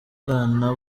bwana